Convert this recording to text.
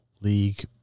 league